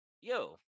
yo